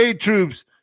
troops